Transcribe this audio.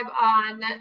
on